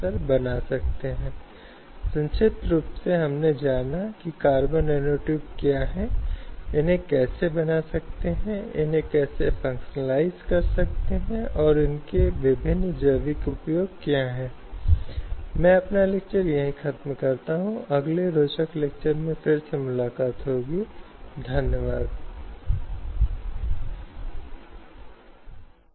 इसलिए यह बहुत महत्वपूर्ण है कि यह एक गरिमामय जीवन जीने के खिलाफ है इसकी गारंटी अनुच्छेद 21 के तहत दी गई है यह एक पीड़ित व्यक्ति के आत्मसम्मान के खिलाफ जाता है और यह एक इंसान के रूप में व्यक्ति की अखंडता को प्रभावित करता है और इस कारण से इसका अभ्यास निषिद्ध है